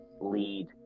lead